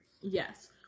Yes